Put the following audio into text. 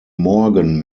morgen